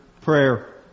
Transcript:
prayer